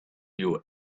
you